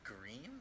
green